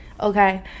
okay